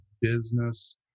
business